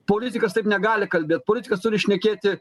politikas taip negali kalbėt politikas turi šnekėti